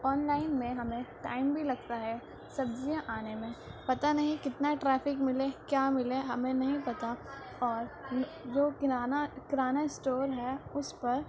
on line میں ہمیں time بھی لگتا ہے سبزیاں آنے میں پتہ نہیں کتنا ٹرافک ملے کیا ملے ہمیں نہیں پتہ اور جو کریانہ کریانہ اسٹور ہے اس پر